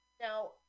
now